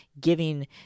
giving